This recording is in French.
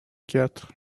quatre